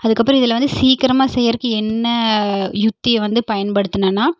அதுக்கப்புறம் இதில் வந்து சீக்கிரமாக செய்கிறக்கு என்ன யுக்தியை வந்து பயன்படுத்துனேன்னால்